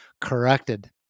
corrected